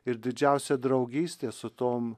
ir didžiausia draugystė su tom